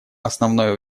основное